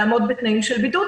לעמוד בתנאים של בידוד.